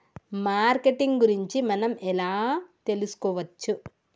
Marketing గురించి మనం ఎలా తెలుసుకోవచ్చు?